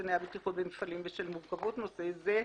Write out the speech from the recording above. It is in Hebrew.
קציני הבטיחות במפעלים בשל מורכבות נושא זה,